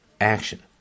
action